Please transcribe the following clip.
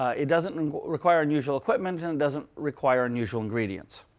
it doesn't require unusual equipment. and it doesn't require unusual ingredients.